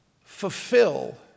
fulfill